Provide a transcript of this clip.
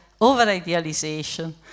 over-idealization